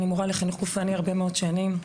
אני מורה לחינוך גופני הרבה מאוד שנים,